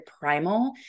primal